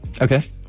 Okay